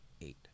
eight